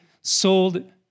sold